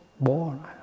born